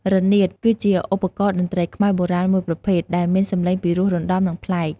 រនាត គឺជា ឧបករណ៍តន្ត្រីខ្មែរ បុរាណមួយប្រភេទ ដែលមានសំឡេងពិរោះរណ្ដំ និងប្លែក។